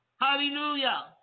Hallelujah